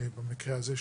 במקרה הזה,